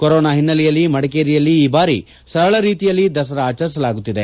corona ಹಿನ್ನಲೆಯಲ್ಲಿ ಮಡಿಕೇರಿಯಲ್ಲಿ ಈ ಬಾರಿ ಸರಳ ರೀತಿಯಲ್ಲಿ ದಸರಾ ಆಚರಿಸಲಾಗುತ್ತಿದೆ